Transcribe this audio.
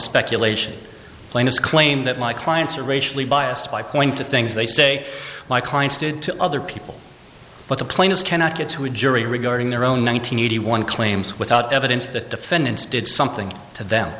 speculation plain as claim that my clients are racially biased by point to things they say my clients did to other people but the plaintiffs cannot get to a jury regarding their own nine hundred eighty one claims without evidence that defendants did something to them